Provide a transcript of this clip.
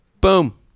Boom